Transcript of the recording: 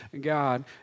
God